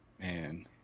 Man